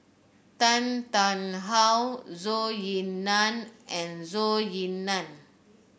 Tan Tarn How Zhou Ying Nan and Zhou Ying Nan